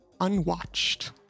unwatched